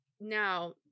now